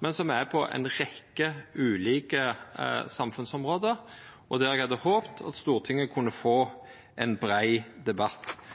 men på ei rekkje ulike samfunnsområde, og der eg hadde håpt at Stortinget kunne få ein brei debatt.